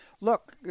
look